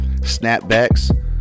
snapbacks